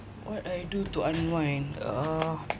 what I do to unwind uh